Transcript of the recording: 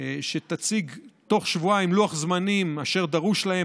שיציגו תוך שבועיים לוח זמנים אשר דרוש להם